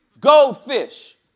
Goldfish